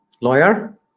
lawyer